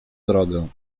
drogę